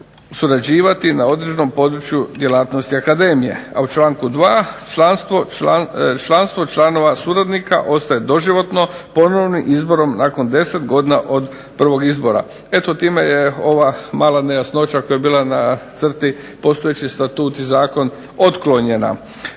surađivati na određenom području djelatnosti Akademije. A u članku 2. članstvo članova suradnika ostaje doživotno ponovnim izborom nakon 10 godina od prvog izbora. Eto time je mala nejasnoća koja je bila na crti postojeći statut i Zakon bila otklonjena.